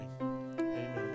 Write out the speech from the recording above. Amen